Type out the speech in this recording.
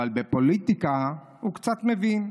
אבל בפוליטיקה הוא קצת מבין,